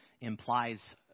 implies